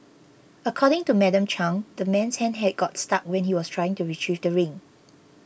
according to Madam Chang the man's hand had got stuck when he was trying to retrieve the ring